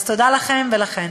אז תודה לכם ולכן.